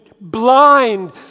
blind